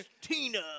Tina